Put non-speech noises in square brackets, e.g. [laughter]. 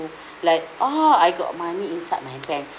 [breath] like ah I got money inside my bank